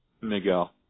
Miguel